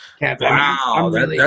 Wow